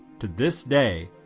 to this day,